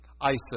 ISIS